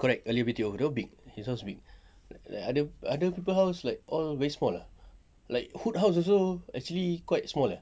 correct earlier B_T_O that one big his house big like other other people house like all very small ah like hud house also actually quite small eh